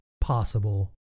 possible